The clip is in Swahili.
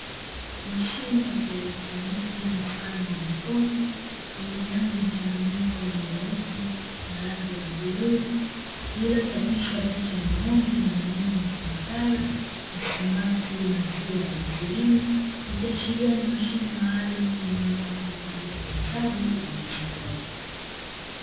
Mashine ya kielektroniki mfano wa jokofu, yenye rangi mchanganyiko ya nyeupe na rangi ya bluu, lililochapishwa picha ya ng’ombe na maneno yasomekayo “ Tasimati maziwa ATM”, ikiashiria ni mashine maalumu inayotumika kwa ajili ya uuzaji wa maziwa.